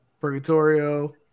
Purgatorio